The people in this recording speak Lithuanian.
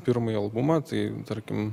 pirmąjį albumą tai tarkim